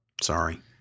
Sorry